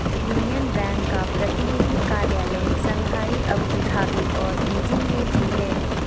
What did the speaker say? union Bank का प्रतिनिधि कार्यालय शंघाई अबू धाबी और बीजिंग में भी है